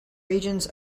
regions